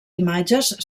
imatges